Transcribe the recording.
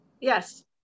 Yes